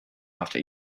after